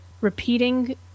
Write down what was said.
repeating